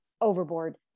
overboard